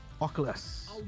oculus